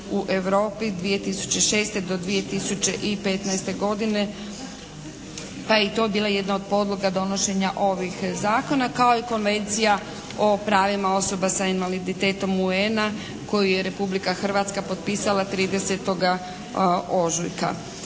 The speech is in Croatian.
u Europi 2006. do 2015. godine pa je i to bila jedna od podloga donošenja ovih zakona kao i Konvencija o pravima osoba sa invaliditetom UN-a koju je Republika Hrvatska potpisala 30. ožujka.